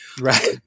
Right